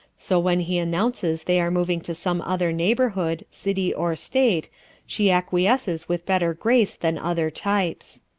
so when he announces they are moving to some other neighborhood, city or state she acquiesces with better grace than other types.